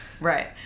Right